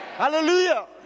Hallelujah